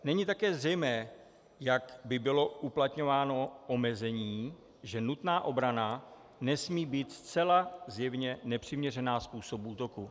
Není také zřejmé, jak by bylo uplatňováno omezení, že nutná obrana nesmí být zcela zjevně nepřiměřená způsobu útoku.